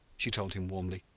she told him warmly,